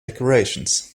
decorations